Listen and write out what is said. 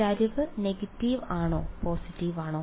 ചരിവ് നെഗറ്റീവ് ആണോ പോസിറ്റീവ് ആണോ